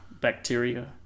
bacteria